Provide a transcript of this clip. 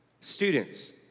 Students